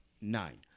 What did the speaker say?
Nine